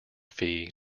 fee